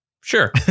Sure